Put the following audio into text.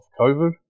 COVID